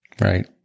Right